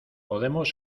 podemos